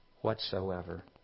whatsoever